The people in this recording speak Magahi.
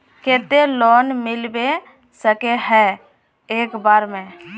केते लोन मिलबे सके है एक बार में?